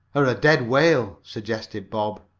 or a dead whale, suggested bob.